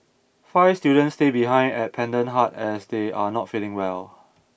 five students stay behind at Pendant Hut as they are not feeling well